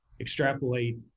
extrapolate